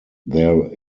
there